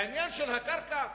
בעניין של הקרקע,